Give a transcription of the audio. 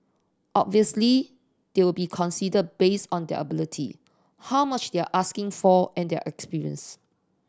obviously they'll be considered based on their ability how much they are asking for and their experience